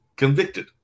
convicted